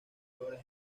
flora